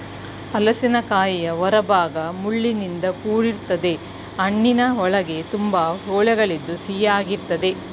ಹಲಸಿನಕಾಯಿಯ ಹೊರಭಾಗ ಮುಳ್ಳಿನಿಂದ ಕೂಡಿರ್ತದೆ ಹಣ್ಣಿನ ಒಳಗೆ ತುಂಬಾ ತೊಳೆಗಳಿದ್ದು ಸಿಹಿಯಾಗಿರ್ತದೆ